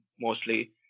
mostly